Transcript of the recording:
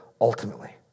ultimately